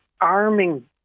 arming